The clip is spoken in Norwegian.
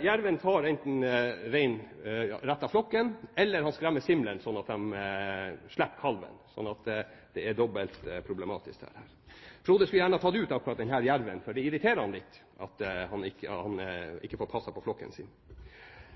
Jerven tar enten rein rett fra flokken, eller han skremmer simlene slik at de slipper kalven, så dette er dobbelt problematisk. Frode skulle gjerne ha tatt ut akkurat denne jerven, for det irriterer ham litt at han ikke får passet på flokken sin.